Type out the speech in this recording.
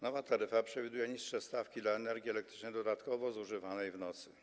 Nowa taryfa przewiduje niższe stawki dla energii elektrycznej dodatkowo zużywanej w nocy.